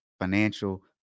Financial